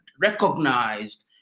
recognized